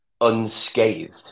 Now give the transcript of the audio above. unscathed